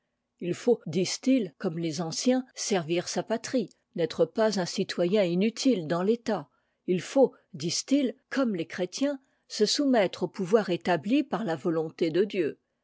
i faut disent-ils comme les anciens servir sa patrie n'être pas un citoyen inutile dans l'état il faut disent-ils comme les chrétiens se soumettre au pouvor établi par la volonté de dieu